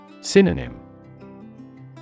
Synonym